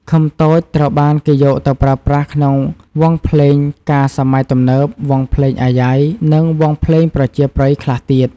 ឃឹមតូចត្រូវបានគេយកទៅប្រើប្រាស់ក្នុងវង់ភ្លេងការសម័យទំនើប, វង់ភ្លេងអាយ៉ៃ និងវង់ភ្លេងប្រជាប្រិយខ្លះទៀត។